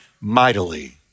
mightily